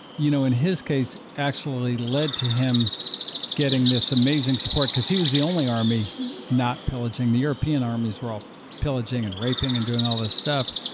you know in his case, actually led to him getting this amazing support, because he was the only army not pillaging. the european armies were all pillaging and raping and doing all this stuff.